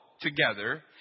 Together